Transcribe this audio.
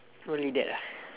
only that ah